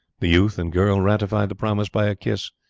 the youth and girl ratified the promise by a kiss,